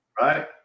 Right